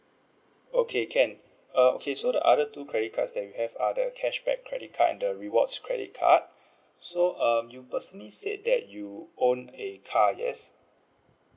okay can uh okay so the other two credit cards that we have are the cashback credit card the rewards credit card so um you personally said that you own a car yes